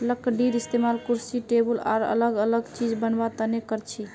लकडीर इस्तेमाल कुर्सी टेबुल आर अलग अलग चिज बनावा तने करछी